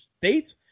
states